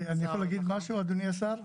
אני יכול להגיד משהו, אדוני השר?